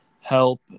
help